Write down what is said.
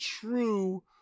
true